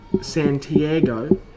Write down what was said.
Santiago